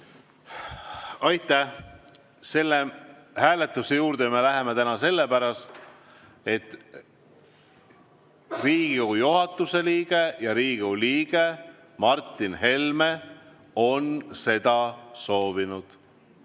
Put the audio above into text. Aitäh! Selle hääletuse juurde me läheme täna sellepärast, et Riigikogu juhatuse liige ja Riigikogu liige Martin Helme on seda soovinud.